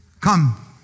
Come